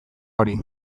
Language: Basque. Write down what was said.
hori